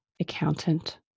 accountant